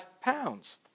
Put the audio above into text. pounds